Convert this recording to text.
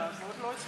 לעבוד לא אצלכם.